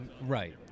Right